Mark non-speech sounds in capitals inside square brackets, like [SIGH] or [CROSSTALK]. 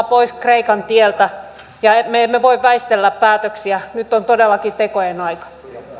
[UNINTELLIGIBLE] pois kreikan tieltä ja me emme voi väistellä päätöksiä nyt on todellakin tekojen aika